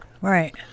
Right